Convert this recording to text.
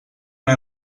una